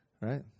Right